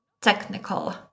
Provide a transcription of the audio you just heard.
technical